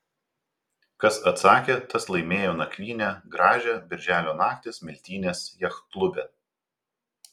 kas atsakė tas laimėjo nakvynę gražią birželio naktį smiltynės jachtklube